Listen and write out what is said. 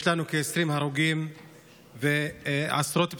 יש לנו כ-20 הרוגים ועשרות פצועים.